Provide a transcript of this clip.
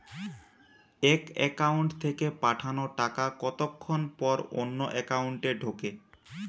এক একাউন্ট থেকে পাঠানো টাকা কতক্ষন পর অন্য একাউন্টে ঢোকে?